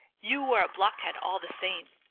you are a blockhead all the same,